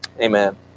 Amen